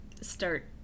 start